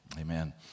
amen